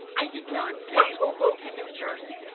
i did not say hoboken, new jersey.